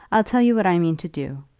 i'll tell you what i mean to do.